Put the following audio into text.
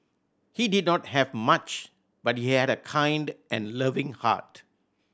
he did not have much but he had a kind and loving heart